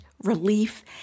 relief